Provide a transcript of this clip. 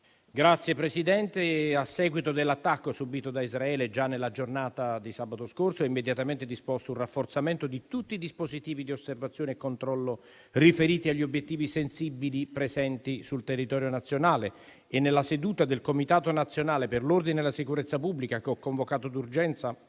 Signor Presidente, a seguito dell'attacco subito da Israele già nella giornata di sabato scorso, è stato immediatamente disposto un rafforzamento di tutti i dispositivi di osservazione e controllo riferiti agli obiettivi sensibili presenti sul territorio nazionale e nella seduta del Comitato nazionale per l'ordine e la sicurezza pubblica, che ho convocato d'urgenza